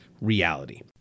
reality